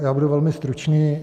Já budu velmi stručný.